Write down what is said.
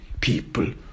people